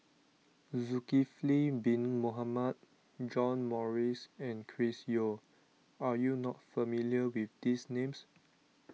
Zulkifli Bin Mohamed John Morrice and Chris Yeo are you not familiar with these names